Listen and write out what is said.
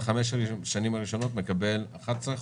בחמש השנים הראשונות מקבל 11 אחוזים?